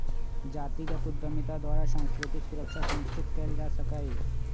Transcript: जातिगत उद्यमिता द्वारा सांस्कृतिक सुरक्षा सुनिश्चित कएल जा सकैय